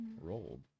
rolled